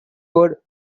word